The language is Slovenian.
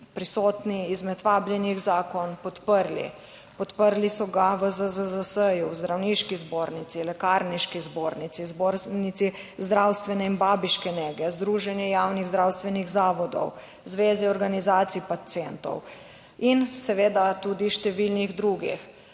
prisotni izmed vabljenih zakon podprli. Podprli so ga v ZZZS, Zdravniški zbornici, Lekarniški zbornici, Zbornici zdravstvene in babiške nege, Združenje javnih zdravstvenih zavodov, Zveze organizacij pacientov in seveda tudi številnih drugih.